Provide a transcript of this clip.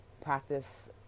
practice